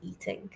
eating